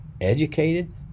educated